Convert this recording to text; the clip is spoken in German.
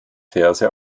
verse